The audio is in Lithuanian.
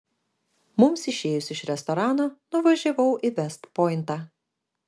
mums išėjus iš restorano nuvažiavau į vest pointą